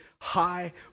High